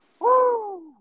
Woo